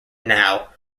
now